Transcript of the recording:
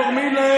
ואני אשמור.